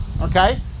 Okay